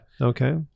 Okay